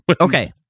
okay